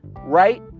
right